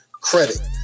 credit